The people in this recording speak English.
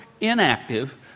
inactive